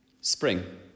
Spring